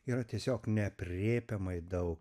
yra tiesiog neaprėpiamai daug